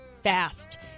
fast